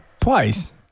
Twice